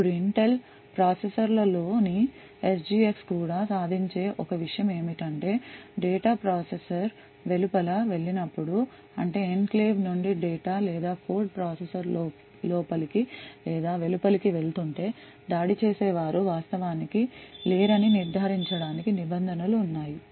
ఇప్పుడు Intel ప్రాసెసర్లలోని SGX కూడా సాధించే ఒక విషయం ఏమిటంటే డేటా ప్రాసెసర్ వెలుపల వెళ్ళి నప్పుడు అంటే ఎన్క్లేవ్ నుండి డేటా లేదా కోడ్ ప్రాసెసర్ లోపలికి లేదా వెలుపలికి వెళుతుంటే దాడి చేసే వారు వాస్తవానికి లేరని నిర్ధారించడానికి నిబంధనలు ఉన్నాయి